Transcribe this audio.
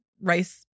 rice